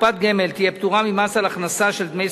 קופת גמל תהיה פטורה ממס על הכנסה של דמי